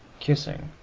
kissing,